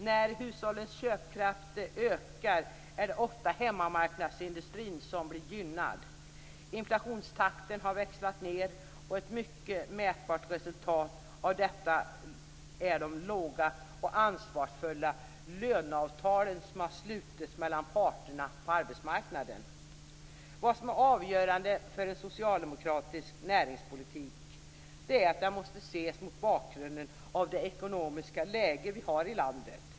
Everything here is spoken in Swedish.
När hushållens köpkraft ökar är det ofta hemmamarknadsindustrin som blir gynnad. Inflationstakten har växlat ned, och ett mycket mätbart resultat av detta är de låga och ansvarsfulla löneavtalen som har slutits mellan parterna på arbetsmarknaden. Vad som är avgörande för en socialdemokratisk näringspolitik är att den måste ses mot bakgrund av det ekonomiska läge vi har i landet.